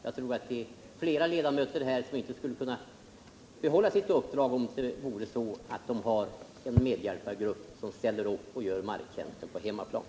Jag tror att det finns flera ledamöter här som inte skulle kunna behålla sitt uppdrag om det inte vore så att vi har en medhjälpargrupp som ställer upp och gör marktjänsten på hemmaplan.